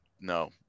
No